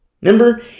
Remember